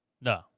No